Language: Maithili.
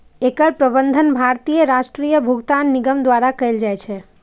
एकर प्रबंधन भारतीय राष्ट्रीय भुगतान निगम द्वारा कैल जाइ छै